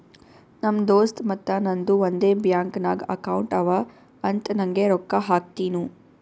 ನಮ್ ದೋಸ್ತ್ ಮತ್ತ ನಂದು ಒಂದೇ ಬ್ಯಾಂಕ್ ನಾಗ್ ಅಕೌಂಟ್ ಅವಾ ಅಂತ್ ನಂಗೆ ರೊಕ್ಕಾ ಹಾಕ್ತಿನೂ